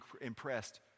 impressed